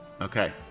Okay